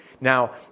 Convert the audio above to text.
Now